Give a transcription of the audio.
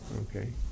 Okay